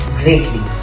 greatly